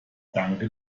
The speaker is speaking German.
danke